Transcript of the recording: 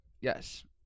Yes